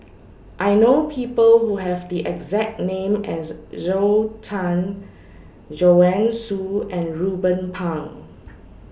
I know People Who Have The exact name as Zhou Can Joanne Soo and Ruben Pang